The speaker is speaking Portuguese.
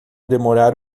demorar